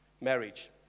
marriage